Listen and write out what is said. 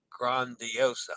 Grandiosa